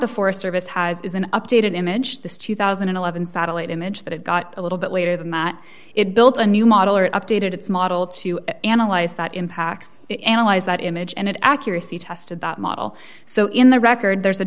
the forest service has is an updated image the two thousand and eleven satellite image that it got a little bit later than that it built a new model or updated its model to analyze that impacts that image and accuracy test of that model so in the record there's a